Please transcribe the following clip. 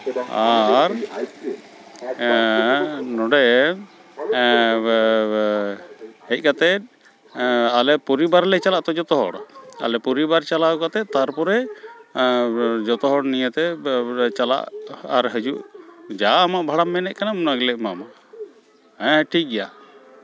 ᱟᱨ ᱱᱚᱸᱰᱮ ᱦᱮᱡ ᱠᱟᱛᱮᱫ ᱟᱞᱮ ᱯᱚᱨᱤᱵᱟᱨ ᱞᱮ ᱪᱟᱞᱟᱜᱼᱟ ᱛᱚ ᱡᱚᱛᱚ ᱦᱚᱲ ᱟᱞᱮ ᱯᱚᱨᱤᱵᱟᱨ ᱪᱟᱞᱟᱣ ᱠᱟᱛᱮᱫ ᱛᱟᱨᱯᱚᱨᱮ ᱡᱚᱛᱚ ᱦᱚᱲ ᱱᱤᱭᱮᱛᱮ ᱪᱟᱞᱟᱜ ᱟᱨ ᱦᱤᱡᱩᱜ ᱡᱟ ᱟᱢᱟᱜ ᱵᱷᱟᱲᱟᱢ ᱢᱮᱱᱮᱫ ᱠᱟᱱᱟᱢ ᱚᱱᱟ ᱜᱮᱞᱮ ᱮᱢᱟᱢᱟ ᱦᱮᱸ ᱦᱮᱸ ᱴᱷᱤᱠᱜᱮᱭᱟ